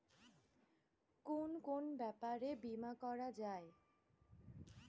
কুন কুন ব্যাপারে বীমা করা যায়?